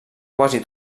quasi